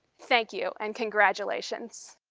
thank you and congratulations.